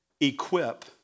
equip